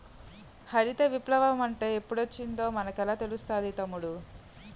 హరిత విప్లవ మంటే ఎప్పుడొచ్చిందో మనకెలా తెలుస్తాది తమ్ముడూ?